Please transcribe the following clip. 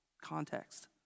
context